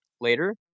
later